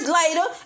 later